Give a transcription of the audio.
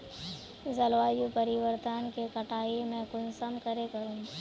जलवायु परिवर्तन के कटाई में कुंसम करे करूम?